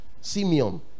Simeon